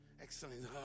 excellent